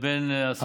לבין אסונות טבע.